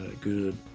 good